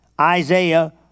Isaiah